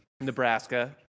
Nebraska